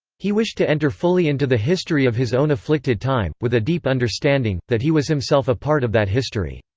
he wished to enter fully into the history of his own afflicted time with a deep understanding, that he was himself a part of that history.